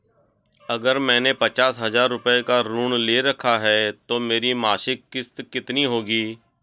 अगर मैंने पचास हज़ार रूपये का ऋण ले रखा है तो मेरी मासिक किश्त कितनी होगी?